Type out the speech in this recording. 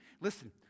listen